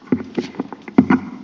arvoisa puhemies